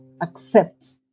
accept